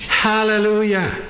Hallelujah